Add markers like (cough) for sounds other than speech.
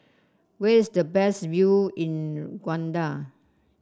where is the best view in (unintelligible)